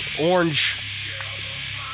orange